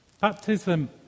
Baptism